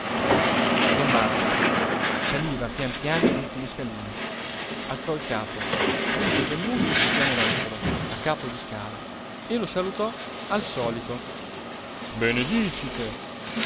don bartolo saliva pian piano gli ultimi scalini alzò il capo vide don nuccio sul pianerottolo a capo di scala e lo salutò al solito benedicite